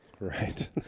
Right